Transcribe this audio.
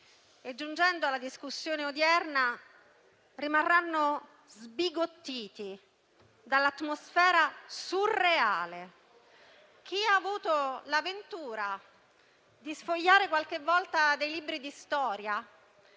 giungendo alla discussione odierna, rimarranno sbigottiti dall'atmosfera surreale. Chi ha avuto la ventura di sfogliare qualche volta dei libri di storia